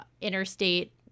interstate